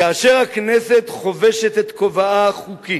"כאשר הכנסת חובשת את כובעה החוקי